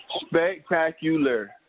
Spectacular